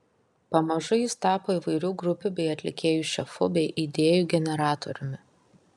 pamažu jis tapo įvairių grupių bei atlikėjų šefu bei idėjų generatoriumi